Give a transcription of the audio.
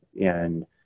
And-